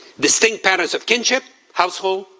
distinct patterns of kinship, household,